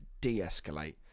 de-escalate